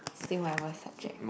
still my worst subject